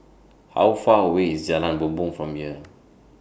How Far away IS Jalan Bumbong from here